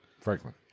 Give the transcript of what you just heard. Franklin